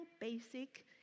basic